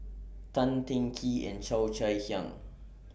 Tan Teng Kee and Cheo Chai Hiang